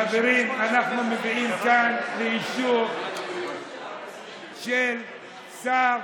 חברים, אנחנו מביאים כאן אישור של שר